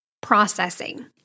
processing